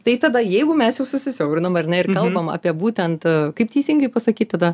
tai tada jeigu mes jau susisiaurinom ar ne ir kalbam apie būtent kaip teisingai pasakyt tada